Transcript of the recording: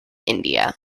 india